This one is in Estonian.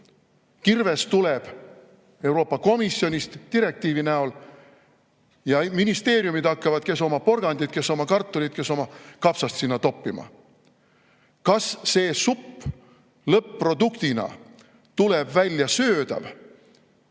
Kirves tuleb Euroopa Komisjonist direktiivi näol ja ministeeriumid hakkavad sinna toppima, kes oma porgandit, kes oma kartulit, kes oma kapsast. Kas see supp lõpp-produktina tuleb välja söödav,